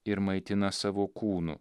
ir maitina savo kūnu